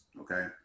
okay